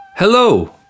Hello